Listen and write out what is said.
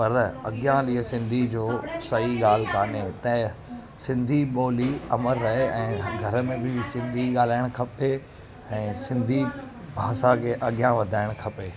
पर अॻियां हली करे सिंधी जो सही ॻाल्हि कोन्हे हुते जा सिंधी ॿोली अमरु रहे ऐं घर में बि सिंधी ॻाल्हाइणु खपे ऐं सिंधी भाषा खे अॻियां वधाइणु खपे